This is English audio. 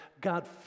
God